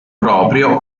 proprio